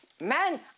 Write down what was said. Man